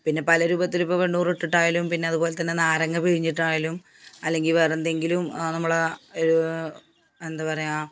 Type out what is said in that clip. പിന്നെ പല രൂപത്തിലിപ്പോള് വെണ്ണൂറിട്ടിട്ടായാലും പിന്നത്പോലെതന്നെ നാരങ്ങ പിഴിഞ്ഞിട്ടായാലും അല്ലെങ്കില് വേറെയെന്തെങ്കിലും നമ്മളാ ഒര് എന്താ പറയുക